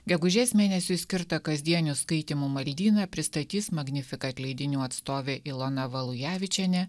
gegužės mėnesiui skirtą kasdienių skaitymų maldyną pristatys magnificat leidinių atstovė ilona valujevičienė